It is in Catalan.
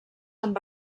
amb